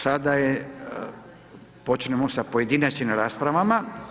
Sada je, počinjemo sa pojedinačnim raspravama.